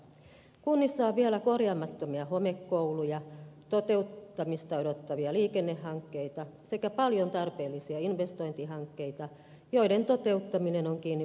kunnissa on vielä korjaamattomia homekouluja toteuttamista odottavia liikennehankkeita sekä paljon tarpeellisia investointihankkeita joiden toteuttaminen on kiinni valtionavun saannista